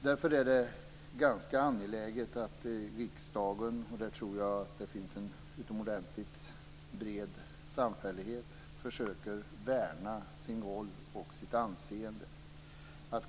Därför är det ganska angeläget att riksdagen, och här tror jag att det finns en utomordentligt bred samfälldhet, försöker värna sin roll och sitt anseende.